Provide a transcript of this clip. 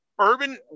Urban